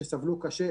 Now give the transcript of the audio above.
שסבלו קשה,